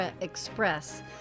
express